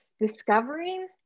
discovering